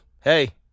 Hey